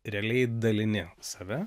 realiai dalini save